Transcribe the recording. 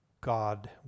God